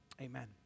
amen